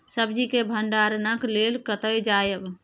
सब्जी के भंडारणक लेल कतय जायब?